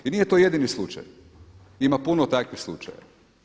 I nije to jedini slučaj, ima puno takvih slučajeva.